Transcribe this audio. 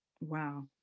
Wow